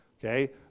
okay